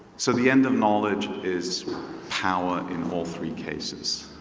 so the end of knowledge is power in all three cases,